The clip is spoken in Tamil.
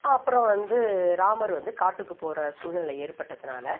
அப்புறம் வந்து ராமர் வந்து காட்டுக்கு போகற சூழ்நிலை ஏற்பட்டதனால்